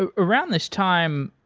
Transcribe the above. ah around this time,